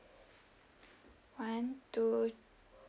one two